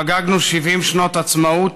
חגגנו 70 שנות עצמאות.